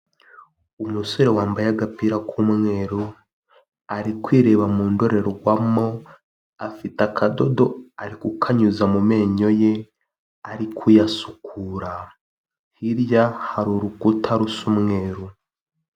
Umusore wambaye agapira k'umweru, ari kwireba mu ndorerwamo afite akadodo ari kukanyuza mu menyo ye, ari kuyasukura, hirya hari urukuta rusa umweru.